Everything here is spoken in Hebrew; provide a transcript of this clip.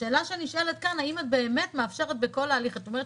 השאלה שאני שואלת כאן: האם את מאפשרת בכל ההליך את אומרת